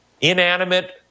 inanimate